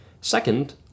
Second